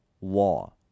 law